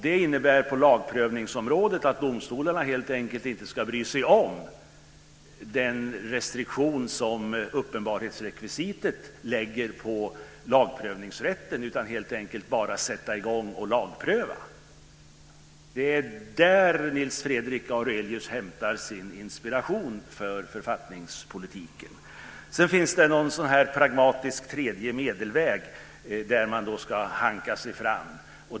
Det innebär på lagprövningsområdet att domstolarna helt enkelt inte ska bry sig om den restriktion som uppenbarhetsrekvisitet lägger på lagprövningsrätten, utan helt enkelt bara sätta i gång och lagpröva. Det är där Nils Fredrik Aurelius hämtar sin inspiration för författningspolitiken. Sedan finns det en pragmatisk tredje medelväg, som innebär att man ska hanka sig fram.